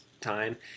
time